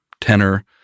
tenor